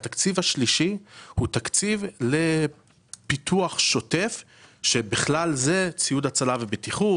והתקציב השלישי הוא תקציב לפיתוח שוטף שבכלל זה ציוד הצלה ובטיחות,